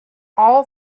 all